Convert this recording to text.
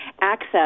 access